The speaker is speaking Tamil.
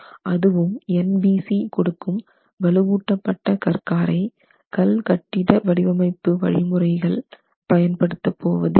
அதுவும் NBC கொடுக்கும் வலுவூட்டப்பட்ட கற்காரை கல் கட்டிட வடிவமைப்பு வழிமுறைகள் பயன்படுத்துவது இல்லை